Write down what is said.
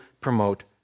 promote